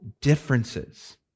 differences